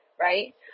Right